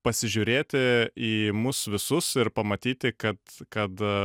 pasižiūrėti į mus visus ir pamatyti kad kad